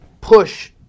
push